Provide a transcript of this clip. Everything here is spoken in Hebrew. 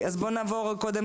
תודה רבה.